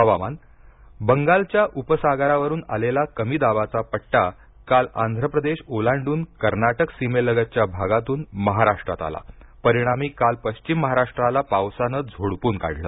हवामान हवामान बंगालच्या उपसागरावरून आलेला कमी दाबाचा पट्टा काल आंध्रप्रदेश ओलांडून कर्नाटक सीमेलगतच्या भागातून महाराष्ट्रात आला परिणामी काल पश्चिम महाराष्ट्राला पावसानं झोडपून काढलं